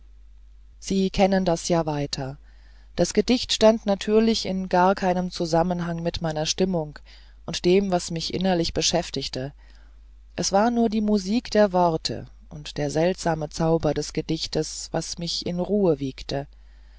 sie kennen das ja weiter das gedicht stand natürlich in gar keinem zusammenhang mit meiner stimmung und dem was mich innerlich beschäftigte es war nur die musik der worte und der seltsame zauber des gedichtes was mich in ruhe wiegte